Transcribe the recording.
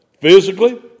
physically